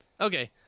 Okay